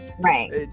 right